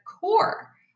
core